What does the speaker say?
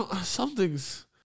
Something's